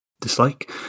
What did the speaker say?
dislike